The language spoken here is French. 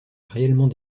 réellement